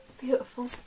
Beautiful